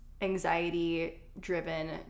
anxiety-driven